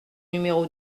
numéro